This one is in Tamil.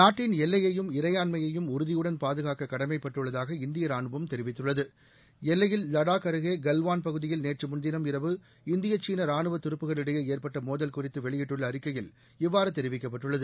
நாட்டின் எல்லையையும் இறையாண்மையையும் உறுதியுடன் பாதுகாக்க கடமைப்பட்டுள்ளதாக இந்திய ராணுவம் தெரிவித்துள்ளது எல்லையில் லடாக் அருகே கல்வாள் பகுதியில் நேற்று முன்தினம் இரவு இந்திய சீன ரானுவ துருப்புகளிடையே ஏற்பட்ட மோதல் குறித்து வெளியிட்டுள்ள அறிக்கையில் இவ்வாறு தெரிவிக்கப்பட்டுள்ளது